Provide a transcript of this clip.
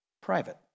private